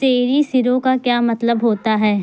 تئی سیرو کا کیا مطلب ہوتا ہے